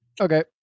Okay